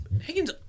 Higgins